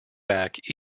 back